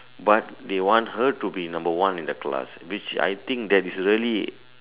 but they want her to be number one in the class which I think that is really